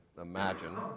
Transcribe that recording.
imagine